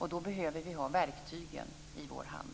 Då behöver vi ha verktygen i vår hand.